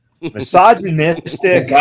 Misogynistic